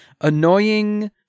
annoying